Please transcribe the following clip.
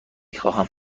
خواهم